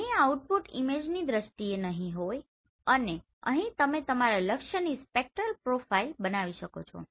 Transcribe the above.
અહીં આઉટપુટ ઈમેજની દ્રષ્ટિએ નહિ હોય અને અહીં તમે તમારા લક્ષ્યની સ્પેક્ટ્રલ પ્રોફાઇલ બનાવી શકો છો